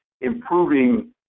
improving